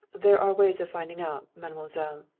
there are ways of finding out, mademoiselle,